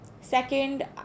Second